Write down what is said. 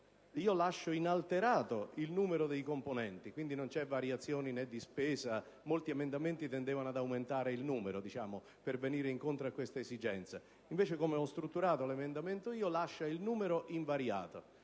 io lascio inalterato il numero dei componenti; quindi non c'è variazione di spesa. Molti emendamenti tendevano ad aumentare il numero, per venire incontro a questa esigenza. Invece, in base a come ho strutturato il mio emendamento, si lascia invariato